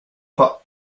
pas